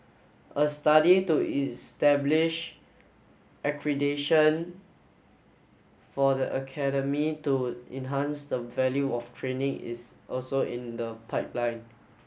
a study to establish accreditation for the academy to enhance the value of training is also in the pipeline